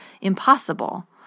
impossible